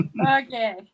Okay